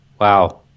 Wow